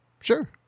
Sure